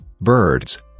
birds